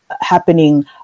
happening